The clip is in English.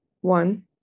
one